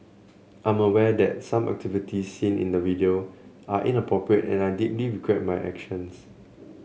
I'm aware that some activities seen in the video are inappropriate and I deeply regret my actions